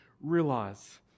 realize